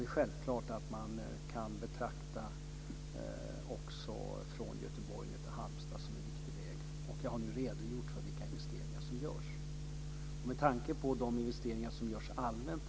Det är självklart att man också kan betrakta vägen från Göteborg ned till Halmstad som en viktig väg. Jag har nu redogjort för vilka investeringar som görs. Med tanke på de investeringar som görs allmänt när det gäller vägarna får man väl ändå se detta som ett ganska gott resultat. Och det är, som jag sade tidigare, nya pengar tagna från Banverket.